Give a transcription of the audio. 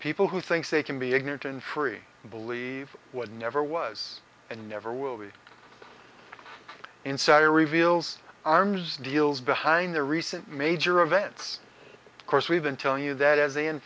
people who thinks they can be ignorant and free to believe what never was and never will be insider reveals arms deals behind the recent major events of course we've been telling you that as